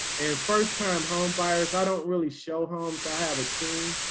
and first time homebuyers. i don't really show homes, i have a team.